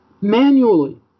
manually